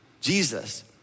Jesus